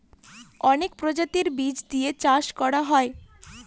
অনেক প্রজাতির বীজ দিয়ে চাষ করা হয়